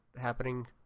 happening